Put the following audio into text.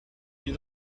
you